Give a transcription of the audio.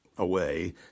away